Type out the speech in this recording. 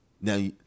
Now